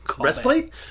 Breastplate